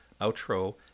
outro